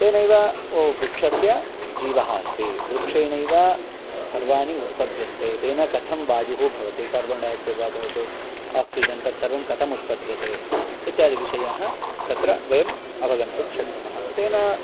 तेनैव वृक्षस्य जीवः अस्ति वृक्षेणैव सर्वाणि उत्पद्यन्ते तेन कथं वायुः भवति कार्बन् डयाक्सैड् वा भवतु आक्सिजन् तत्सर्वं कथमुत्पद्यते इत्यादिविषयाः तत्र वयम् अवगन्तुं शक्नुमः तेन